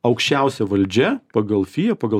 aukščiausia valdžia pagal fia pagal